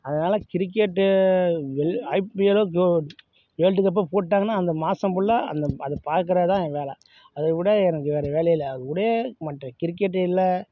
அதனாலே கிரிக்கெட்டு ஐபிஎல்லோ வேர்ல்டு கப்போ போட்டுட்டாங்கன்னால் அந்த மாதம் ஃபுல்லா அந்த அதை பார்க்குறது தான் என் வேலை அதை விட எனக்கு வேறு வேலையே இல்லை அதை விடவே மாட்டேன் கிரிக்கெட் இல்லை